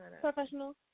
professional